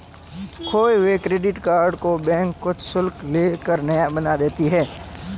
खोये हुए credit card को बैंक कुछ शुल्क ले कर नया बना देता है